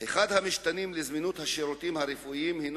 אחד המשתנים לזמינות השירותים הרפואיים הינו